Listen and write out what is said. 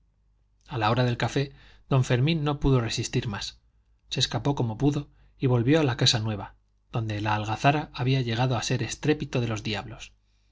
a la hora del café don fermín no pudo resistir más se escapó como pudo y volvió a la casa nueva donde la algazara había llegado a ser estrépito de los diablos